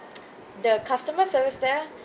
the customer service there